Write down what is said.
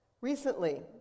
Recently